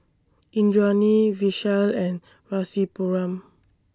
Indranee Vishal and Rasipuram